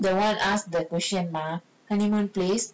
eh I'm the one who asked the question mah honeymoon place